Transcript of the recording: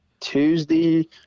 Tuesday